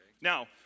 Now